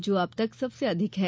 जो अब तक सबसे अधिक है